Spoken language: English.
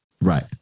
right